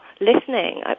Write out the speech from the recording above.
listening